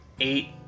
Eight